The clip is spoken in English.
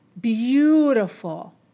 beautiful